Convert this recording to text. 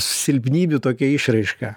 silpnybių tokia išraiška